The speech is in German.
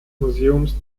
museums